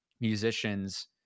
musicians